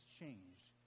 changed